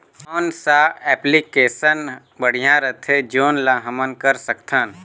कौन सा एप्लिकेशन बढ़िया रथे जोन ल हमन कर सकथन?